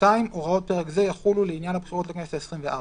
תחולה 2. הוראות פרק זה יחולו לעניין הבחירות לכנסת העשרים וארבע.